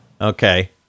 okay